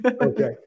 Okay